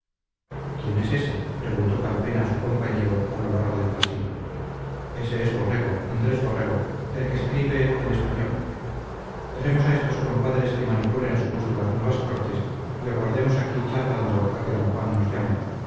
quién es ése preguntó calpena a su compañero a lo largo del pasillo este es borrego andrés borrego el que escribe el español dejemos a estos compadres que manipulen a su gusto las nuevas cortes y aguardemos aquí charlando a que d juan nos llame